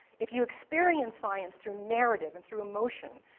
if you experience science through narrative and through emotion,